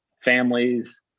families